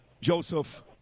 Joseph